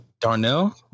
Darnell